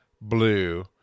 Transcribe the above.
blue